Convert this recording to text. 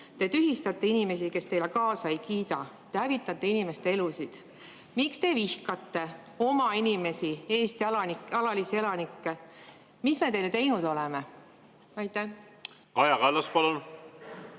Te tühistate inimesi, kes teile kaasa ei kiida. Te hävitate inimeste elusid. Miks te vihkate oma inimesi, Eesti alalisi elanikke? Mis me teile teinud oleme? Aitäh! Lugupeetud